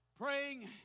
praying